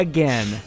Again